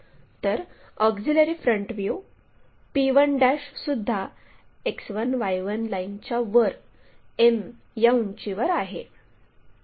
तर auxiliary front view p1 सुद्धा X1 Y1 लाईनच्या वर m या उंचीवर आहे